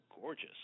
gorgeous